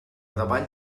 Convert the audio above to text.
davall